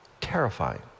terrifying